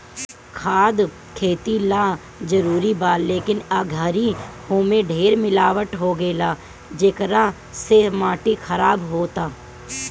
खाद खेती ला जरूरी बा, लेकिन ए घरी ओमे ढेर मिलावट होखेला, जेकरा से माटी खराब होता